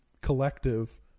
Collective